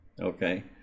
okay